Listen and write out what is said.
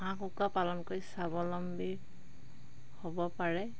হাঁহ কুকুৰা পালন কৰি স্বাৱলম্বী হ'ব পাৰে